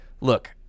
look